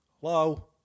hello